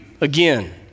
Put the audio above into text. again